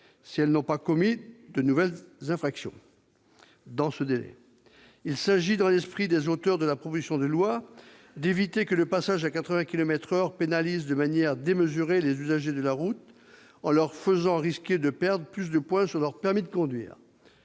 si elles n'ont pas commis, dans ce délai, de nouvelles infractions. Il s'agit, dans l'esprit des auteurs de la proposition de loi, d'éviter que le passage à 80 kilomètres par heure ne pénalise de manière démesurée les usagers de la route, en leur faisant risquer de perdre plus de points sur leur permis de conduire.